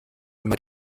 immer